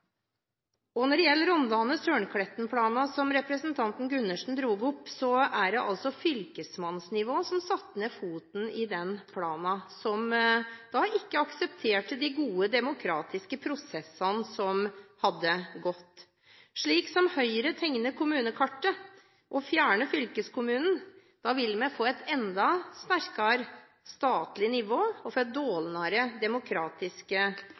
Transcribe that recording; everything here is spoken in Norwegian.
Når det gjelder Rondane-Sølnkletten-planen, som representanten Gundersen dro opp, er det fylkesmannsnivået som satte ned foten i den planen, og som ikke aksepterte de gode demokratiske prosessene som hadde foregått. Slik Høyre tegner kommunekartet, og fjerner fylkeskommunen, vil vi få et enda sterkere statlig nivå og